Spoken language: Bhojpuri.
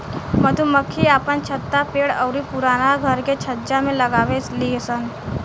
मधुमक्खी आपन छत्ता पेड़ अउरी पुराना घर के छज्जा में लगावे लिसन